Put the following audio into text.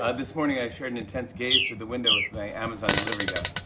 ah this morning, i shared an intense gaze through the window with my amazon delivery guy.